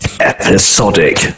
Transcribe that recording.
episodic